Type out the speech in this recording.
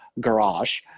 garage